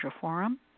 Forum